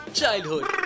childhood